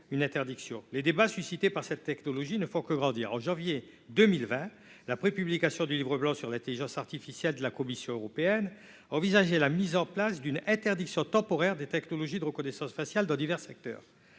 cette interdiction. Les débats suscités par cette technologie ne font que grandir : en janvier 2020, dans la prépublication de son livre blanc sur l'intelligence artificielle, la Commission européenne envisageait la mise en place d'une interdiction temporaire des technologies de reconnaissance faciale dans divers secteurs.